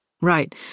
Right